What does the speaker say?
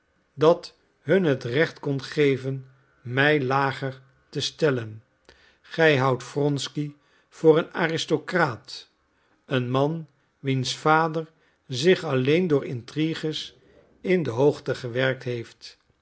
dat hun het recht kon geven mij lager te stellen gij houdt wronsky voor een aristocraat een man wiens vader zich alleen door intrigues in de hoogte gewerkt heeft